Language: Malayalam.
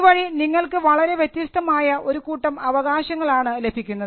ഇതുവഴി നിങ്ങൾക്ക് വളരെ വ്യത്യസ്തമായ ഒരു കൂട്ടം അവകാശങ്ങളാണ് ലഭിക്കുന്നത്